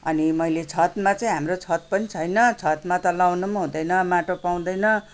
अनि मैले छतमा चाहिँ हाम्रो छत पनि छैन छतमा त लगाउनु पनि हुँदैन माटो पाउँदैन